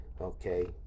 Okay